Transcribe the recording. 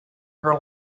her